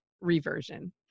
reversion